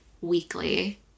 weekly